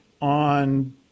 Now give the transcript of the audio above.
on